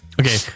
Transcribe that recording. Okay